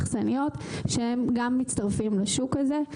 אכסניות שגם הם מצטרפים לשוק הזה.